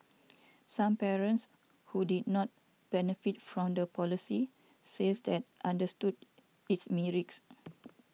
some parents who did not benefit from the policy says that understood its merits